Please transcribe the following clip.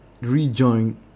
rejoin